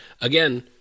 again